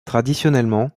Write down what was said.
traditionnellement